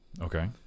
okay